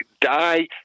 die